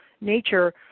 nature